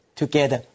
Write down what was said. together